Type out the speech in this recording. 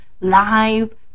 live